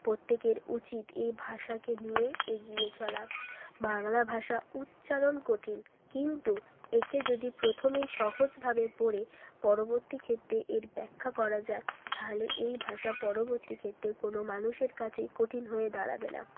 প্রত্যেকের উচিত এই ভাষাকে নিয়ে এগিয়ে চলা বাংলা ভাষা উচ্চারণ কঠিন কিন্তু একে যদি প্রথমেই সহজভাবে পড়ে পরবর্তী ক্ষেত্রে এর ব্যাখ্যা করা যায় তাহলে এই ভাষা পরবর্তী ক্ষেত্রে কোনও মানুষের কাছেই কঠিন হয়ে দাঁড়াবে না